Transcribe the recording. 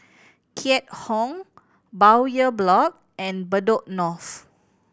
Keat Hong Bowyer Block and Bedok North